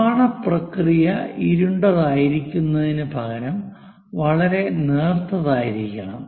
നിർമ്മാണ പ്രക്രിയ ഇരുണ്ടതായിരിക്കുന്നതിനു പകരം വളരെ നേർത്തതായിരിക്കണം